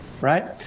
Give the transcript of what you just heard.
right